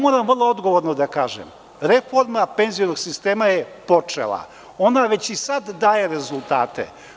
Moram vrlo odgovorno da kažem – reforma penzionog sistema je počela i ona već i sada daje rezultate.